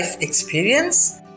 experience